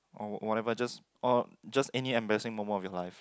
or whatever just or just any embarrassing moment of your life